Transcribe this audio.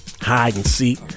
hide-and-seek